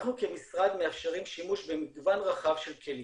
אנחנו כמשרד מאפשרים שימוש במגוון רחב של כלים.